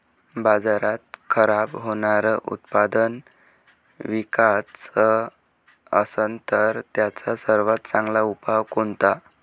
बाजारात खराब होनारं उत्पादन विकाच असन तर त्याचा सर्वात चांगला उपाव कोनता?